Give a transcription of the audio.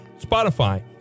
Spotify